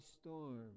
storm